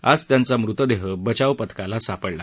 आज त्यांचा मुतदेह बचाव पथकाला सापडला